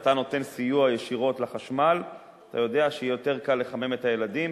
כשאתה נותן סיוע ישירות לחשמל אתה יודע שיהיה יותר קל לחמם את הילדים